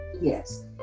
yes